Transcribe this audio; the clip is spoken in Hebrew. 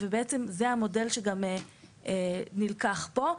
בעצם, זה המודל שגם נלקח פה.